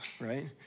right